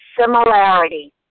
similarity